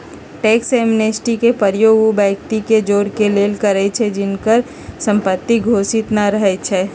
tax amnesty के प्रयोग उ व्यक्ति के जोरेके लेल करइछि जिनकर संपत्ति घोषित न रहै छइ